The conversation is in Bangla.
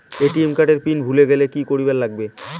এ.টি.এম এর পিন ভুলি গেলে কি করিবার লাগবে?